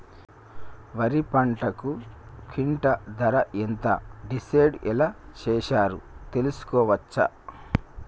వరి పంటకు క్వింటా ధర ఎంత డిసైడ్ ఎలా చేశారు తెలుసుకోవచ్చా?